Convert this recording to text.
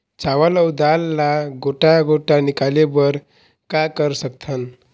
चावल अऊ दाल ला गोटा गोटा निकाले बर का कर सकथन?